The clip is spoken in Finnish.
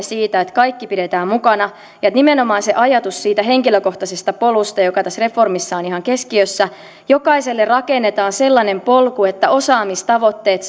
siitä että kaikki pidetään mukana nimenomaan on se ajatus siitä henkilökohtaisesta polusta joka tässä reformissa on ihan keskiössä jokaiselle rakennetaan sellainen polku että osaamistavoitteet